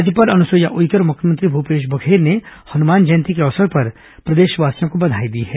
राज्यपाल अनुसुईया उईके और मुख्यमंत्री भूपेश बघेल ने हनुमान जयंती के अवसर पर प्रदेशवासियों को बधाई दी है